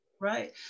right